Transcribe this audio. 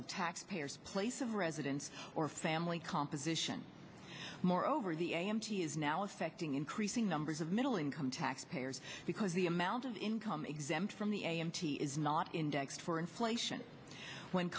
of tax payers place of residence or family composition moreover the a m t is now affecting increasing numbers of middle income taxpayers because the amount of income exempt from the a m t is not indexed for inflation when